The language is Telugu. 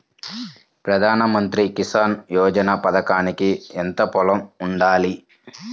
ప్రధాన మంత్రి కిసాన్ యోజన పథకానికి ఎంత పొలం ఉండాలి?